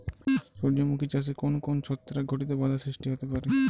সূর্যমুখী চাষে কোন কোন ছত্রাক ঘটিত বাধা সৃষ্টি হতে পারে?